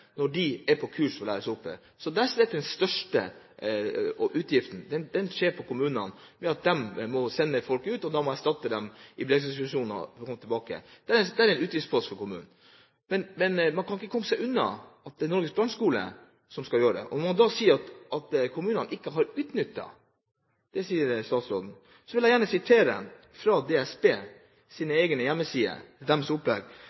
på kurs for å læres opp. Så den største utgiften har kommunene ved at de må sende ut folk og da erstatte dem i beredskapssituasjoner til de kommer tilbake. Det er en utgiftspost for kommunen. Men man kan ikke komme unna at det er Norges brannskole som skal gjøre det. Og når statsråden da sier at kommunene ikke har utnyttet kursplassene, vil jeg gjerne sitere med hensyn til årsrapporteringen 2010 til DSB: «Denne inneholder fakta om de utdanningsmessige forhold fra 2010. Hva gjelder situasjonen for 2011 så er den like dårlig som